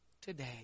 today